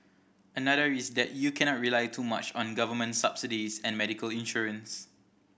another is that you cannot rely too much on government subsidies and medical insurance